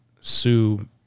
sue